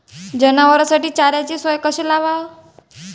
जनावराइसाठी चाऱ्याची सोय कशी लावाव?